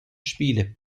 spiele